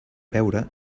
beure